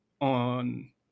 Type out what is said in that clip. on